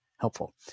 helpful